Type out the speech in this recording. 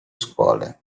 scuole